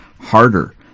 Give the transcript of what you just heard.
harder